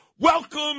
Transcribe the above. Welcome